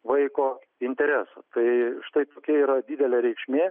vaiko interesą tai štai tokia yra didelė reikšmė